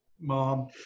Mom